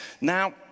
Now